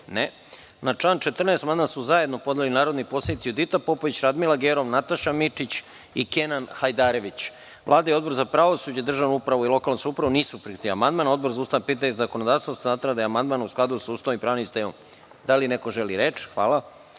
(Ne.)Na član 14. amandman su zajedno podneli narodni poslanici Judita Popović, Radmila Gerov, Nataša Mićić i Kenan Hajdarević. Vlada i Odbor za pravosuđe i državnu upravu i lokalnu samoupravu nisu prihvatili amandman. Odbor za ustavna pitanja i zakonodavstvo smatra da je amandman u skladu sa Ustavom i pravnim sistemom. Da li neko želi reč?